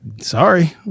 Sorry